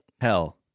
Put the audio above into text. hell